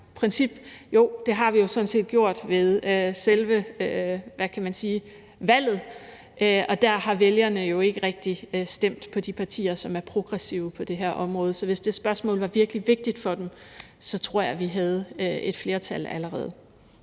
Jo, det har vi jo sådan set gjort ved selve valget, og der har vælgerne jo ikke rigtig stemt på de partier, som er progressive på det her område, så hvis det spørgsmål var virkelig vigtigt for dem, tror jeg, at vi havde et flertal allerede.